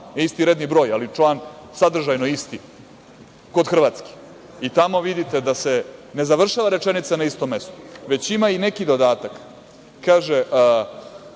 ne isti redni broj ali član sadržajno isti kod Hrvatske i tamo vidite da se ne završava rečenica na istom mestu, već ima i neki dodatak. Kaže